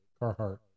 Carhartt